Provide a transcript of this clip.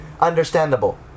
understandable